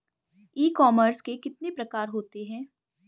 ई commerce के कितने प्रकार होते हैं?